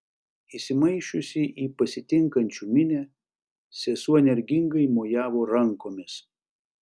įsimaišiusi į pasitinkančių minią sesuo energingai mojavo rankomis